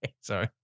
Sorry